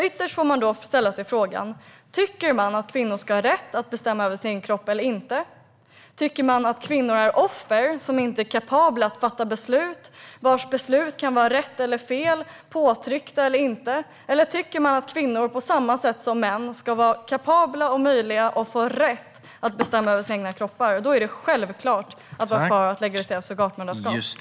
Ytterst får man fråga sig om man tycker att kvinnor ska ha rätt att bestämma över sin egen kropp eller inte, om man tycker att kvinnor är offer som inte är kapabla att fatta beslut - rätt eller fel, genom påtryckningar eller inte - eller om man tycker att kvinnor på samma sätt som män ska vara kapabla och ha möjlighet och rätt att bestämma om sin egen kropp. Då är det självklart att vara för att legalisera surrogatmoderskap.